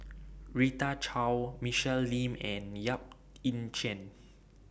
Rita Chao Michelle Lim and Yap Ee Chian